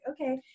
okay